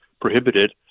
prohibited